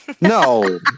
No